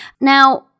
Now